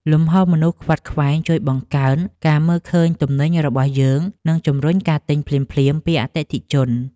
លំហូរមនុស្សខ្វាត់ខ្វែងជួយបង្កើនការមើលឃើញទំនិញរបស់យើងនិងជម្រុញការទិញភ្លាមៗពីអតិថិជន។